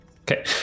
Okay